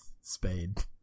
Spade